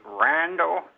Randall